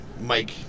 Mike